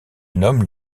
nomment